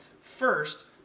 first